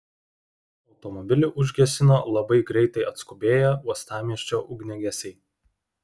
automobilį užgesino labai greitai atskubėję uostamiesčio ugniagesiai